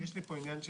אם אתה רוצה את